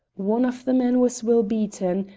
one of the men was will beaton,